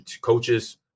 coaches